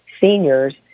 seniors